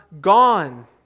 gone